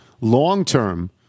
long-term